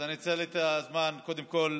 אז אני אנצל את הזמן קודם כול